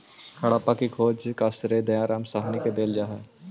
हड़प्पा के खोज के श्रेय दयानन्द साहनी के देल जा हई